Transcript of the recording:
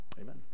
amen